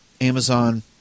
Amazon